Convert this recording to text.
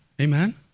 Amen